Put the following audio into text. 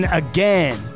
again